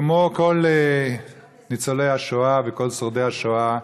וכמו כל ניצולי השואה וכל שרידי השואה,